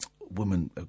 woman